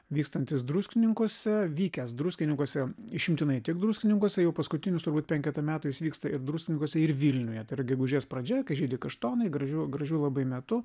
vykstantis druskininkuose vykęs druskininkuose išimtinai tik druskininkuose jau paskutinius turbūt penketą metų jis vyksta ir druskininkuose ir vilniuje gegužės pradžia kai žydi kaštonai gražiu gražiu labai metu